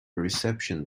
reception